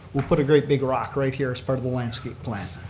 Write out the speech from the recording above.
we'll put a great big rock right here as part of the landscape plan.